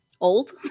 old